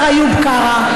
בבקשה.